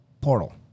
Portal